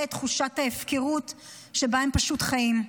את תחושת ההפקרות שבה הם פשוט חיים.